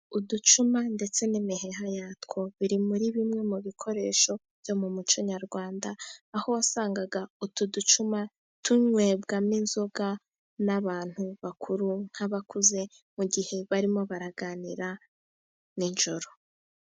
Uducuma ndetse n'imiheha yatwo, biri muri bimwe mu bikoresho byo mu muco nyarwanda. Aho wasangaga utu ducuma tunywererwamo inzoga n'abantu bakuru, nk'abakuze mu gihe barimo baraganira nijoro.